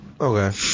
Okay